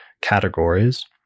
categories